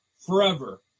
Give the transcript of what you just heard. forever